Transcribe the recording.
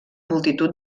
multitud